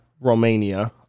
Romania